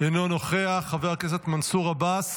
אינו נוכח, חבר הכנסת מנסור עבאס,